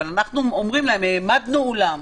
אנחנו אומרים להם שהעמדנו אולם.